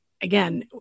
again